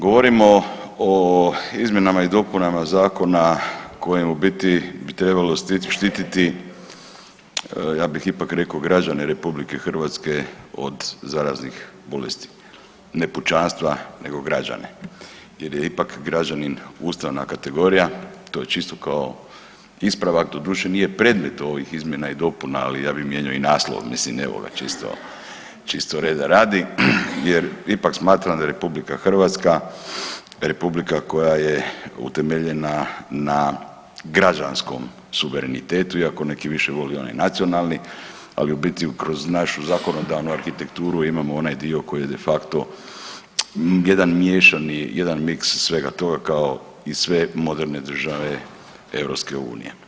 Govorimo o izmjenama i dopunama zakona kojem bi u biti trebalo štititi ja bih ipak rekao građane RH od zaraznih bolesti, ne pučanstva nego građane jer je ipak građanin ustavna kategorija, to čisto kao ispravak doduše nije predmet ovih izmjena i dopuna, ali ja bih mijenjao i naslov mislim čisto reda radi jer ipak smatram da RH republika koja je utemeljena na građanskom suverenitetu iako neki više vole onaj nacionalni, ali u biti kroz našu zakonodavnu arhitekturu imamo onaj dio koji je de facto jedan miješani, jedan mix svega toga kao i sve moderne države EU.